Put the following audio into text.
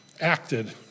acted